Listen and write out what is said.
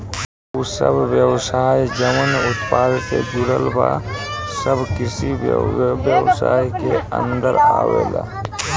उ सब व्यवसाय जवन उत्पादन से जुड़ल बा सब कृषि व्यवसाय के अन्दर आवेलला